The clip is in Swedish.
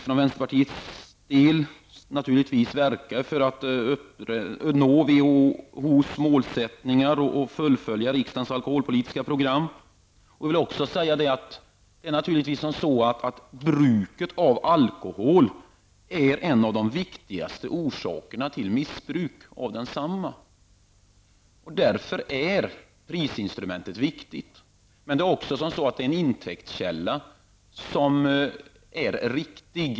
Från vänsterpartiets sida verkar vi naturligtvis för att nå WHOs målsättningar och fullfölja riksdagens alkoholpolitiska program. Bruket av alkohol är naturligtvis en av de viktigaste orsakerna till missbruk. Därför är prisinstrumentet viktigt. Men det är också en intäktskälla som är riktig.